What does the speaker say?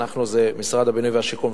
"אנחנו" זה משרד הבינוי והשיכון,